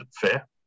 fair